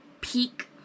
peak